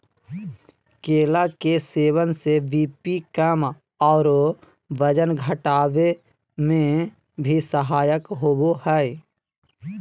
केला के सेवन से बी.पी कम आरो वजन घटावे में भी सहायक होबा हइ